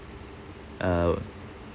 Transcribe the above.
uh